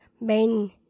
main